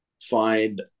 find